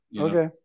okay